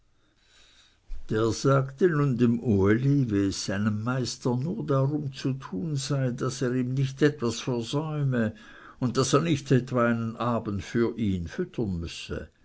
der sagte nun dem uli wie es seinem meister nur darum zu tun sei daß er ihm nicht etwas versäume und daß er nicht etwa einen abend für ihn füttern müsse